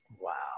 Wow